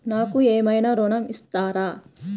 నాకు ఏమైనా ఋణం ఇస్తారా?